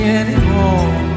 anymore